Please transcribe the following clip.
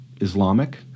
Islamic